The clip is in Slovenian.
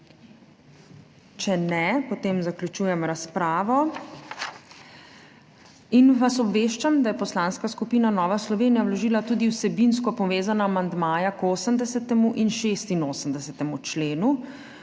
Če ne, potem zaključujem razpravo. Obveščam vas, da je Poslanska skupina Nova Slovenija vložila tudi vsebinsko povezana amandmaja k 80. in 86. členu.